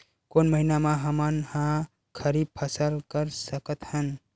कोन महिना म हमन ह खरीफ फसल कर सकत हन?